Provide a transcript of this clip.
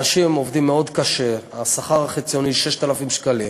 אנשים עובדים מאוד קשה, השכר החציוני 6,000 שקלים,